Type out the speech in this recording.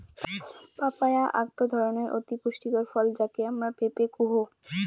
papaya আকটো ধরণের অতি পুষ্টিকর ফল যাকে আমরা পেঁপে কুহ